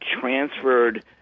transferred